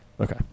Okay